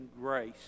grace